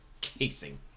casing